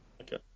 Okay